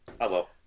Hello